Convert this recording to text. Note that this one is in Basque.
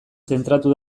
zentratu